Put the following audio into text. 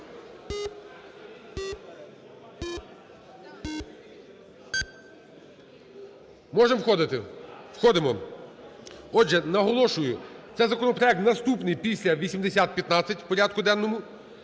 Можемо входити? Входимо. Отже, наголошую, це законопроект наступний після 8015 в порядку денному,